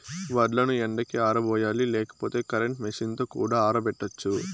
వడ్లను ఎండకి ఆరబోయాలి లేకపోతే కరెంట్ మెషీన్ తో కూడా ఆరబెట్టచ్చు